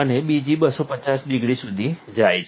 અને બીજી 250 ડિગ્રી સુધી જાય છે